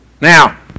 Now